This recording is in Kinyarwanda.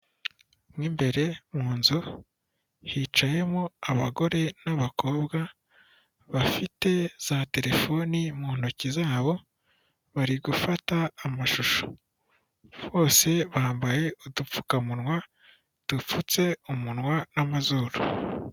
Mo imbere mu nzu hicayemo abagore n'abakobwa, bafite za terefoni mu ntoki, zabo bari gufata amashusho, bose bambaye udupfukamunwa dupfutse umunwa n'amazuru.